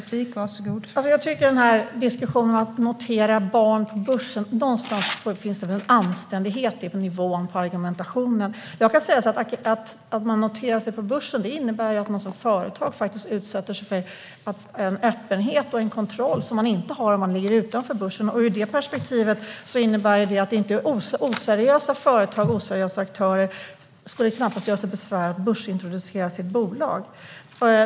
Fru talman! Den här diskussionen om att notera barn på börsen - någon anständighet får det väl finnas i argumentationen. Att man noterar sig på börsen innebär att man som företag utsätter sig för en öppenhet och en kontroll som man inte har om man ligger utanför börsen. Det perspektivet innebär att oseriösa företag och oseriösa aktörer knappast skulle göra sig besvär att börsintroducera sig.